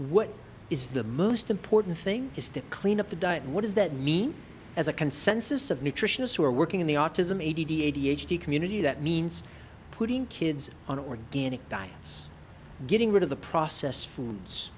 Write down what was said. what is the most important thing is to clean up the diet and what does that mean as a consensus of nutritionists who are working in the autism eighty eighty h d community that means putting kids on organic diets getting rid of the processed foods